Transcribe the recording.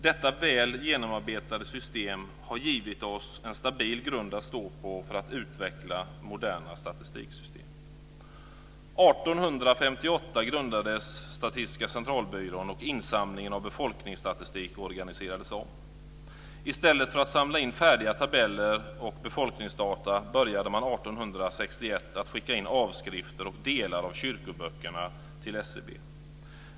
Detta väl genomarbetade system har gett oss en stabil grund att stå på för att utveckla moderna statistiksystem. 1858 grundades Statistiska centralbyrån, och insamlingen av befolkningsstatistik organiserades om. I stället för att samla in färdiga tabeller och befolkningsdata började man 1861 att skicka in avskrifter och delar av kyrkoböckerna till SCB.